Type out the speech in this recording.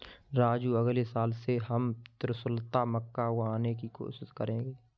राजू अगले साल से हम त्रिशुलता मक्का उगाने की कोशिश करेंगे